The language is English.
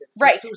right